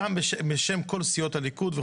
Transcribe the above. בשם כל סיעת הליכוד.